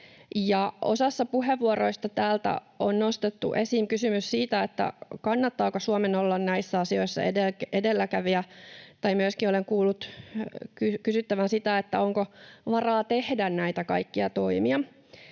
Osassa puheenvuoroista täällä on nostettu esiin kysymys siitä, kannattaako Suomen olla näissä asioissa edelläkävijä, tai myöskin olen kuullut kysyttävän sitä, onko varaa tehdä näitä kaikkia toimia.